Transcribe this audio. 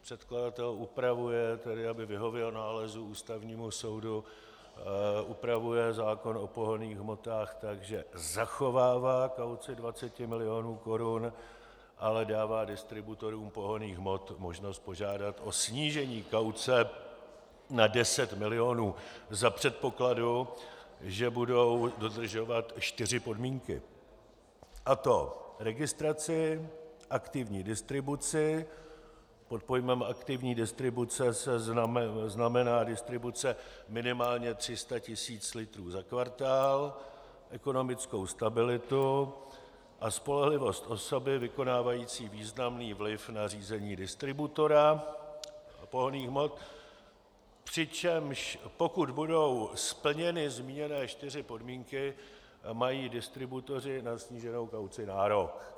Předkladatel upravuje tedy, aby vyhověl nálezu Ústavního soudu, zákon o pohonných hmotách tak, že zachovává kauci 20 milionů korun, ale dává distributorům pohonných hmot možnost požádat o snížení kauce na 10 milionů za předpokladu, že budou dodržovat čtyři podmínky, a to registraci, aktivní distribuci pod pojmem aktivní distribuce to znamená distribuce minimálně 300 tisíc litrů za kvartál ekonomickou stabilitu a spolehlivost osoby vykonávající významný vliv na řízení distributora pohonných hmot, přičemž pokud budou splněny zmíněné čtyři podmínky, mají distributoři na sníženou kauci nárok.